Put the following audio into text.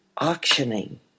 auctioning